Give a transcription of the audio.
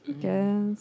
Yes